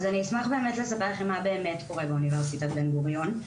אני אשמח לספר לכם מה באמת קורה באוניברסיטת בן גוריון.